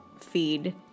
feed